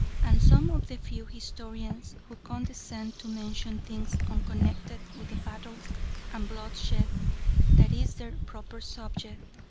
and some of the few historians who condescend to mention things unconnected with the battles and bloodshed that is their proper subject,